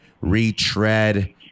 retread